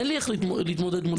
אין לי איך להתמודד מול בר כזה.